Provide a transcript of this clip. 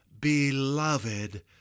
beloved